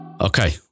Okay